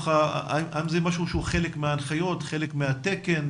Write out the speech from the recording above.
האם זה משהו שהוא חלק מההנחיות, חלק מהתקן,